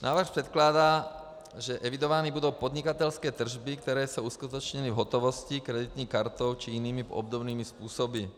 Návrh předkládá, že evidovány budou podnikatelské tržby, které se uskutečnily v hotovosti, kreditní kartou či jinými obdobnými způsoby.